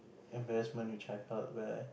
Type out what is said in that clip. embarrassment which I felt where